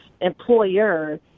employers